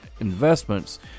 investments